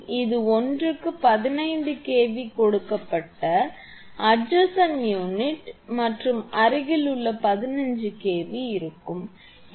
மேலும் இது ஒன்றுக்கு 15 kV கொடுக்கப்பட்ட அட்ஜஸ்ண்ட் யூனிட் மற்றும் அருகிலுள்ள 15 kV இருக்கும்